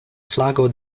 flago